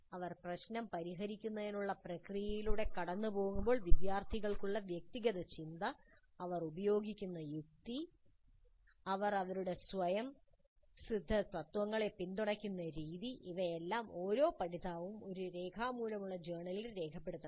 അവർ പ്രശ്നം പരിഹരിക്കുന്നതിനുള്ള പ്രക്രിയയിലൂടെ കടന്നുപോകുമ്പോൾ വിദ്യാർത്ഥികൾക്കുള്ള വ്യക്തിഗത ചിന്ത അവർ പ്രയോഗിക്കുന്ന യുക്തി അവർ അവരുടെ സ്വയംസിദ്ധതത്ത്വങ്ങളെ പിന്തുണയ്ക്കുന്ന രീതി ഇവയെല്ലാം ഓരോ പഠിതാവും ഒരു രേഖാമൂലമുള്ള ജേർണലിൽ രേഖപ്പെടുത്തണം